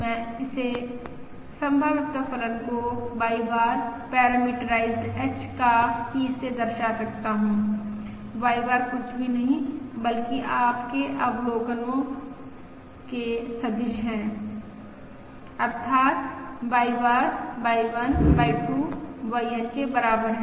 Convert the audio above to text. मैं इस संभाव्यता फलन को Y बार पैरामीटराइज्ड h का P से दर्शा सकता हूं Y बार कुछ भी नहीं है बल्कि आपके अवलोकनो के सदिश है अर्थात् Y bar Y1 Y2 YN के बराबर है